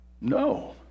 No